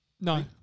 No